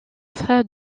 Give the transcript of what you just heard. frère